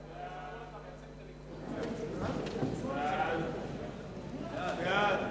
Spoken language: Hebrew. סעיפים 1 21